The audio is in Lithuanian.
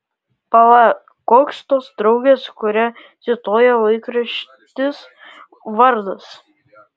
pala koks tos draugės kurią cituoja laikraštis vardas